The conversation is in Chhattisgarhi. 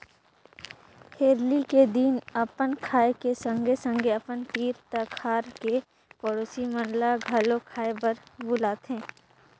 हरेली के दिन अपन खाए के संघे संघे अपन तीर तखार के पड़ोसी मन ल घलो खाए बर बुलाथें